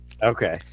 Okay